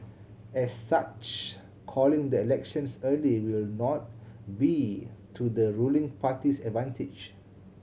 as such calling the elections early will not be to the ruling party's advantage